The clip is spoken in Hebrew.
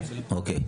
אוקיי.